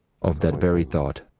of that very thought.